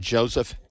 Joseph